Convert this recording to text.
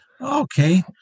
Okay